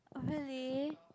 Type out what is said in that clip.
orh really